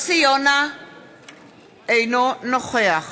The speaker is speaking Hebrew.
אינו נוכח